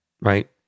right